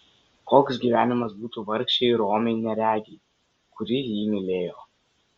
koks gyvenimas būtų vargšei romiai neregei kuri jį mylėjo